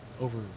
over